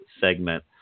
segment